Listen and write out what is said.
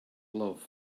love